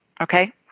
Okay